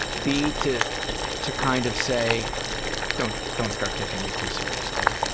b to to kind of say don't don't start taking me too seriously.